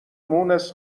مونس